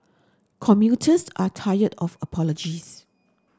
commuters are tired of apologies